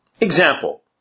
Example